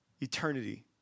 eternity